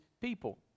people